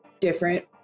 different